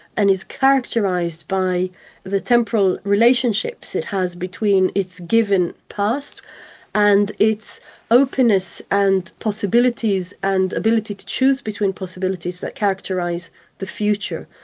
and is characterised by the temporal relationships it has between its given past and its openness and possibilities and ability to choose between possibilities that characterise the future.